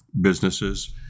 businesses